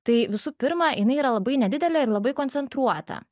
tai visų pirma jinai yra labai nedidelė ir labai koncentruota